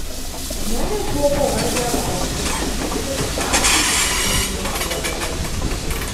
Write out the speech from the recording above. žmonės buvo pavargę laukti ir trypčioti paskui sunkvežimių uodegas